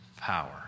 power